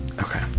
Okay